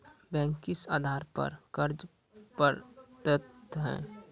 Bank किस आधार पर कर्ज पड़तैत हैं?